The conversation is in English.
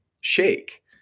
shake